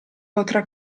potrà